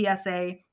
PSA